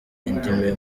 indimi